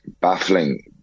baffling